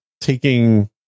taking